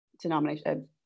denomination